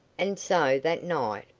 and so that night,